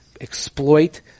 exploit